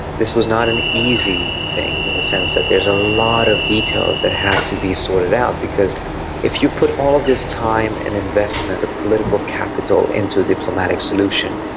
this was not an easy thing in the sense that there's a lot of details that had to be sorted out, because if you put all this time and investment of political capital into a diplomatic solution,